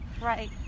Right